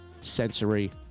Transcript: sensory